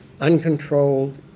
uncontrolled